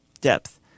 depth